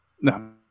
No